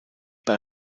bei